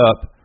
up